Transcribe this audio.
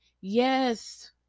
Yes